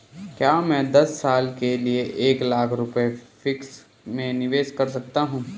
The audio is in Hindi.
क्या मैं दस साल के लिए एक लाख रुपये फिक्स में निवेश कर सकती हूँ?